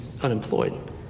unemployed